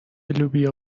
لوبیا